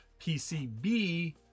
PCB